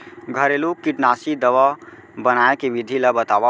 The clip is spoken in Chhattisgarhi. घरेलू कीटनाशी दवा बनाए के विधि ला बतावव?